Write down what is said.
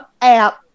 app